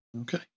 Okay